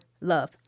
love